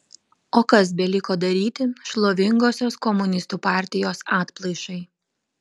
o kas beliko daryti šlovingosios komunistų partijos atplaišai